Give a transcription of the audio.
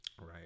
Right